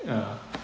ya